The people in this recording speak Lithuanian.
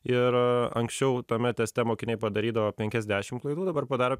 ir anksčiau tame teste mokiniai padarydavo penkias dešim klaidų dabar padaro